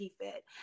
fit